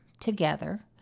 together